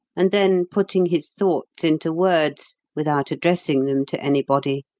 and then, putting his thoughts into words, without addressing them to anybody